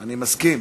אני מסכים.